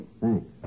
Thanks